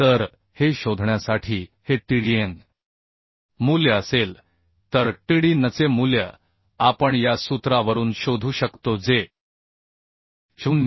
तर हे शोधण्यासाठी हे Tdn मूल्य असेल तरTdnचे मूल्य आपण या सूत्रावरून शोधू शकतो जे 0